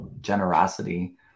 generosity